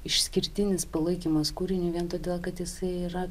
išskirtinis palaikymas kūriniui vien todėl kad jisai yra